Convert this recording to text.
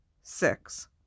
Six